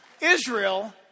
Israel